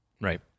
Right